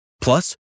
Plus